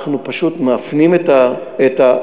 אנחנו פשוט מפנים את האמירה,